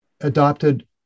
Adopted